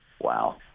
wow